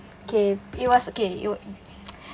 okay it was okay it wa~